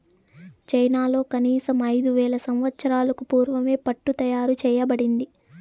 చైనాలో కనీసం ఐదు వేల సంవత్సరాలకు పూర్వమే పట్టు తయారు చేయబడింది